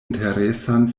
interesan